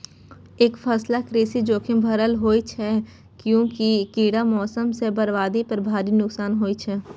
एकफसला कृषि जोखिम भरल होइ छै, कियैकि कीड़ा, मौसम सं बर्बादी पर भारी नुकसान होइ छै